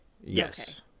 yes